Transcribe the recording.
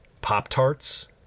Pop-Tarts